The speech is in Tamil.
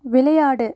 விளையாடு